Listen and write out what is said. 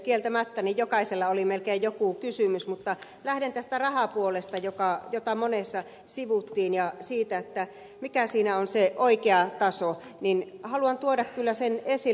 kieltämättä jokaisella oli melkein joku kysymys mutta lähden tästä rahapuolesta jota monessa sivuttiin ja siitä mikä siinä on se oikea taso haluan tuoda kyllä sen esille